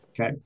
Okay